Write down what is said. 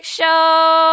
show